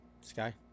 Sky